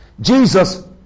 Jesus